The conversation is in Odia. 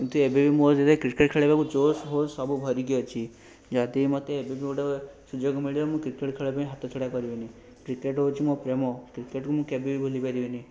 କିନ୍ତୁ ଏବେ ବି ମୋର ଯଦି କ୍ରିକେଟ୍ ଖେଳିବାକୁ ଜୋଶ୍ ହୋଶ୍ ସବୁ ଭରିକି ଅଛି ଯଦି ମୋତେ ଏବେବି ଗୋଟେ ସୁଯୋଗ ମିଳିବ ମୁଁ କ୍ରିକେଟ୍ ଖେଳିବା ପାଇଁ ହାତ ଛଡ଼ା କରିବିନି କ୍ରିକେଟ୍ ହେଉଛି ମୋ ପ୍ରେମ କ୍ରିକେଟକୁ ମୁଁ କେବେବି ଭୁଲିପାରିବିନି